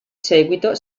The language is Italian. seguito